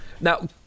Now